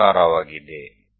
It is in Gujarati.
આ ઉપવલય છે